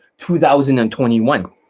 2021